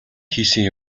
хийсэн